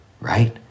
right